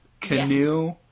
Canoe